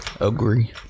Agree